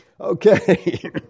Okay